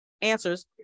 answers